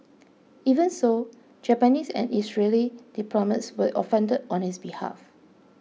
even so Japanese and Israeli diplomats were offended on his behalf